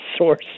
source